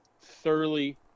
thoroughly